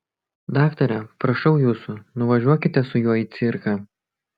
daktare prašau jūsų nuvažiuokite su juo į cirką